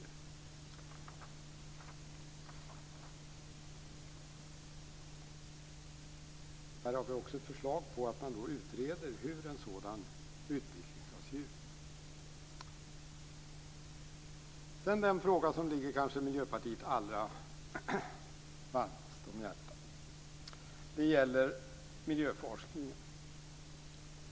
Här har vi också ett förslag på att man utreder hur en sådan utbildning skall se ut. Sedan har vi den fråga som kanske ligger Miljöpartiet allra varmast om hjärtat. Den gäller miljöforskningen.